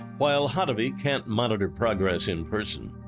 while hottovy can't monitor progress in person,